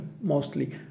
mostly